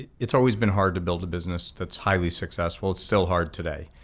it's always been hard to build a business that's highly successful. it's still hard today.